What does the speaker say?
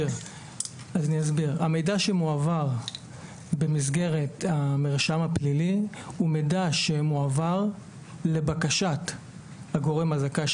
המידע שמועבר במסגרת המרשם הפלילי הוא מידע שמועבר לבקשת הגורם הזכאי,